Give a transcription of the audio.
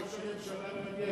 אם ראש הממשלה לא יגיע,